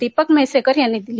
दीपक म्हैसेकर यांनी दिली